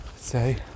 say